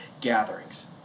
gatherings